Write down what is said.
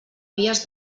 vies